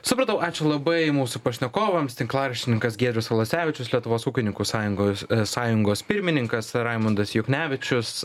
supratau ačiū labai mūsų pašnekovams tinklaraštininkas giedrius alasevičius lietuvos ūkininkų sąjungos sąjungos pirmininkas raimundas juknevičius